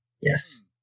Yes